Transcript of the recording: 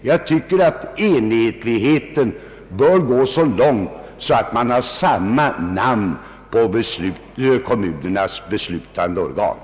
Jag anser att vi bör gå så långt i enhetlighet att vi har samma namn på kommunernas beslutande organ.